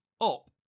up